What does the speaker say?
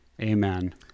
Amen